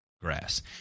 Grass